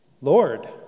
Lord